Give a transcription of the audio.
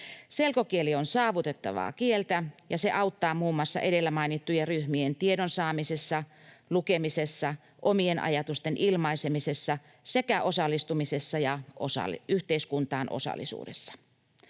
Selkokieli on saavutettavaa kieltä, ja se auttaa muun muassa edellä mainittujen ryhmien tiedon saamisessa, lukemisessa, omien ajatusten ilmaisemisessa sekä osallistumisessa ja yhteiskuntaan osallisuudessa.